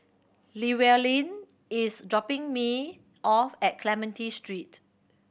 Llewellyn is dropping me off at Clementi Street